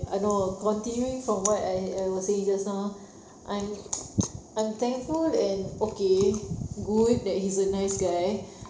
I know continuing from what I I was saying just now I'm I'm thankful and okay good that he's a nice guy